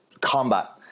combat